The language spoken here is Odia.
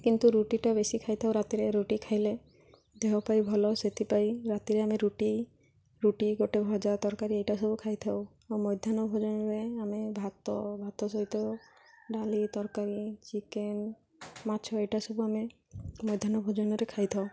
କିନ୍ତୁ ରୁଟିଟା ବେଶି ଖାଇ ଥାଉ ରାତିରେ ରୁଟି ଖାଇଲେ ଦେହ ପାଇଁ ଭଲ ସେଥିପାଇଁ ରାତିରେ ଆମେ ରୁଟି ରୁଟି ଗୋଟେ ଭଜା ତରକାରୀ ଏଇଟା ସବୁ ଖାଇ ଥାଉ ଆଉ ମଧ୍ୟାହ୍ନ ଭୋଜନରେ ଆମେ ଭାତ ଭାତ ସହିତ ଡାଲି ତରକାରୀ ଚିକେନ୍ ମାଛ ଏଇଟା ସବୁ ଆମେ ମଧ୍ୟାହ୍ନ ଭୋଜନରେ ଖାଇ ଥାଉ